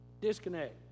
disconnect